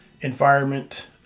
environment